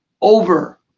over